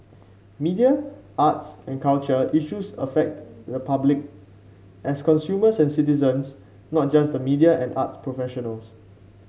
media arts and culture issues affect the public as consumers and citizens not just the media and arts professionals